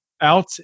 out